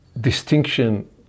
distinction